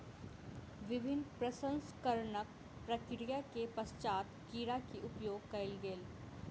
विभिन्न प्रसंस्करणक प्रक्रिया के पश्चात कीड़ा के उपयोग कयल गेल